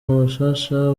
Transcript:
mashasha